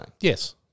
Yes